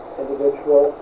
individual